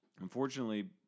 unfortunately